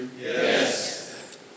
Yes